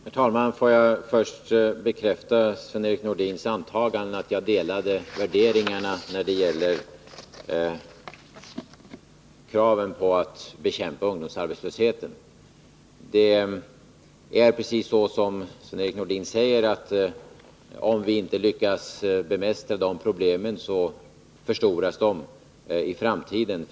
Herr talman! Låt mig först bekräfta Sven-Erik Nordins antagande att jag delar hans värderingar när det gäller att bekämpa ungdomsarbetslösheten. Om vi, precis som Sven-Erik Nordin säger, inte lyckas bemästra de här ungdomarnas problem förstoras de i framtiden.